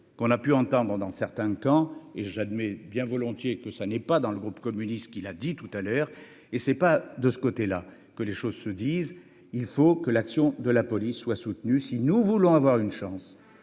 qu'on a pu entendre dans certains temps et j'admets bien volontiers que ça n'est pas dans le groupe communiste qui l'a dit tout à l'heure et c'est pas de ce côté-là que les choses se disent : il faut que l'action de la police soit soutenue, si nous voulons avoir une chance